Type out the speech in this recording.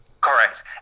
Correct